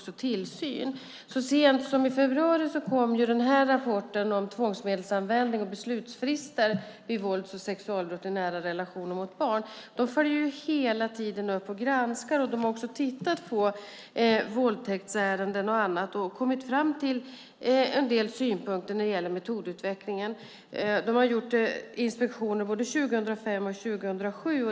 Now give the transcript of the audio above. Så sent som i februari kom de med rapporten om tvångsmedelsanvändning och beslutsfrister vid vålds och sexualbrott i nära relationer och mot barn. De följer hela tiden upp och granskar våldtäktsärenden och annat och har kommit fram till en del synpunkter när det gäller metodutvecklingen. De har gjort inspektioner både 2005 och 2007.